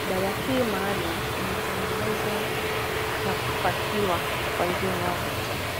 Dawa hii maalum imetengenezwa na kupakiwa kwa njia inayovutia.